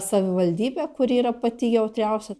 savivaldybe kuri yra pati jautriausia